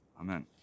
Amen